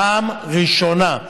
פעם ראשונה.